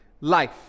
life